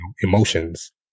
emotions